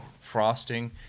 frosting